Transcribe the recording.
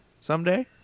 someday